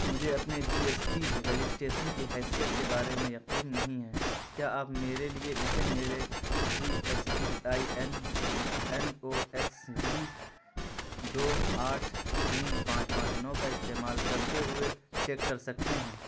مجھے اپنے G S T registration کی حیثیت کے بارے میں یقین نہیں ہے کیا آپ میرے لیے اسے میرے G S T I N N O X V دو آٹھ تین پانچ پانچ نو کا استعمال کرتے ہوئے چیک کر سکتے ہیں